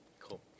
Cool